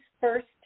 first